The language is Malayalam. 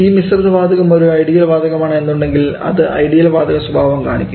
ഈ മിശ്രിത വാതകം ഒരു ഐഡിയൽ വാതകമാണ് എന്നുണ്ടെങ്കിൽ അത് ഐഡിയൽ വാതക സ്വഭാവം കാണിക്കും